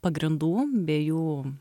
pagrindų be jų